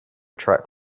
truck